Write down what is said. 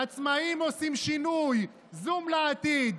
"עצמאים עושים שינוי", "זום לעתיד".